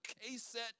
K-set